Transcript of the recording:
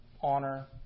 honor